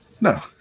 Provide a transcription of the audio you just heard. No